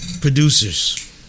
Producers